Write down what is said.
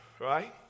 right